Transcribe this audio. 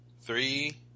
three